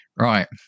right